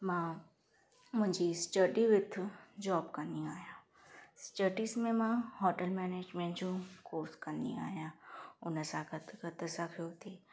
मां मुंहिंजी study with job कंदी आहियां स्टडीज़ में मां होटल मैनेजमेंट जो कोर्स कंदी आहियां हुन सां गॾु गॾु असांखे उते